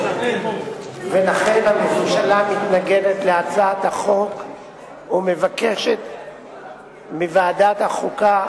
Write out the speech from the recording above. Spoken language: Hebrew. ולכן הממשלה מתנגדת להצעת החוק ומבקשת מוועדת החוקה,